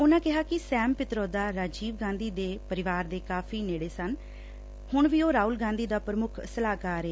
ਉਨੂਾ ਕਿਹਾ ਕਿ ਸੈਮ ਪਿਤਰੋਦਾ ਰਾਜੀਵ ਗਾਂਧੀ ਦੇ ਪਰਿਵਾਰ ਦੇ ਕਾਫ਼ੀ ਨੇੜੇ ਰਿਹਾ ਏ ਤੇ ਹੁਣ ਵੀ ਉਹ ਰਾਹੁਲ ਗਾਧੀ ਦਾ ਪ੍ਰਮੁੱਖ ਸਲਾਹਕਾਰ ਏ